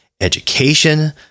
education